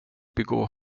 begå